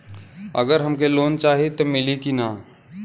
अगर हमके लोन चाही त मिली की ना?